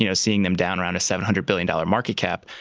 you know seeing them down around a seven hundred billion dollars market cap?